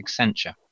accenture